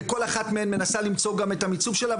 וכל אחת מהן מנסה למצוא גם את המיצוב שלה.